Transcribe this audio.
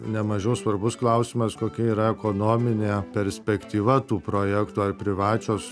ne mažiau svarbus klausimas kokia yra ekonominė perspektyva tų projektų ar privačios